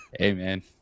Amen